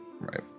right